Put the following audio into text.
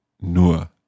nur